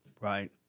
right